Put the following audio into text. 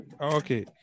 Okay